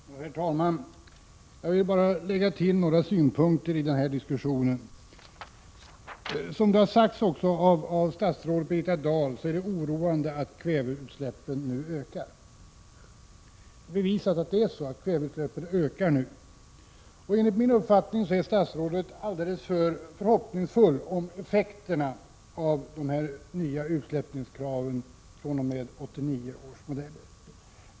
Herr talman! Jag vill bara lägga till några synpunkter i den här diskussionen. Det är oroande att kväveutsläppen nu ökar, som det har sagts av statsrådet Birgitta Dahl. Det är bevisat att kväveutsläppen ökar. Enligt min uppfattning är statsrådet alldeles för förhoppningsfull när det gäller effekterna av de nya utsläppskraven som gäller fr.o.m. 1989 års bilmodeller.